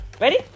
Ready